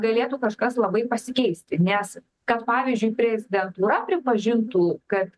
galėtų kažkas labai pasikeisti nes kad pavyzdžiui prezidentūra pripažintų kad